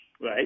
Right